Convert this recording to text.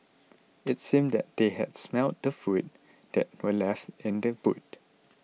it seemed that they had smelt the food that were left in the boot